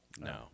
no